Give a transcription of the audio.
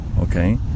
okay